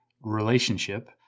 relationship